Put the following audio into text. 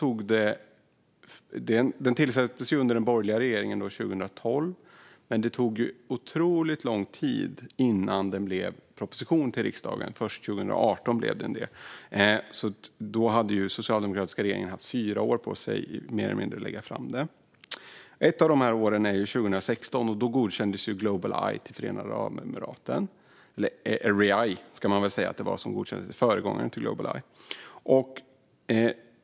Översynen tillsattes under den borgerliga regeringen 2012, men det tog otroligt lång tid innan det blev en proposition till riksdagen. Först 2018 kom den. Då hade den socialdemokratiska regeringen haft fyra år på sig att lägga fram den. År 2016 godkändes Globaleye, eller föregångaren Erieye, till Förenade Arabemiraten.